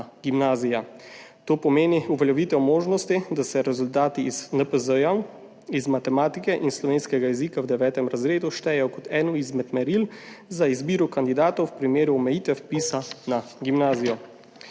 gimnazijo. To pomeni uveljavitev možnosti, da se rezultati iz NPZ iz matematike in slovenskega jezika v 9. razredu štejejo kot eno izmed meril za izbiro kandidatov v primeru omejitve vpisa na gimnazijo.